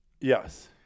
Yes